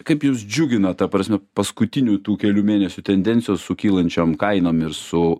kaip jus džiugina ta prasme paskutinių tų kelių mėnesių tendencijos su kylančiom kainom ir su